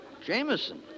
Jameson